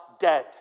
dead